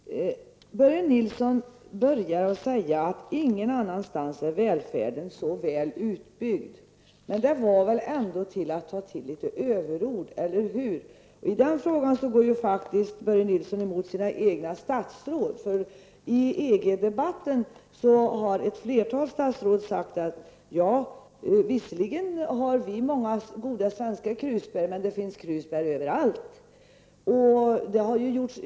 Fru talman! Börje Nilsson började med att säga att välfärden ingenstans är så väl utbyggd som i Sverige. Det var väl ändå att ta till litet överord, eller hur? Börje Nilsson går faktiskt emot sina egna statsråd. I EG-debatten har ett flertal statsråd sagt att vi visserligen har många goda svenska krusbär, men att det finns goda krusbär överallt.